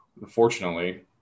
unfortunately